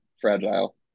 fragile